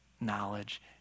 knowledge